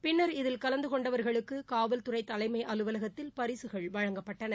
பின்னர் இதில் கலந்து கொண்டவர்களுக்கு காவல்துறை தலைமை அலுவலகத்தில் பரிசுகள் வழங்கப்பட்டன